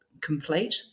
complete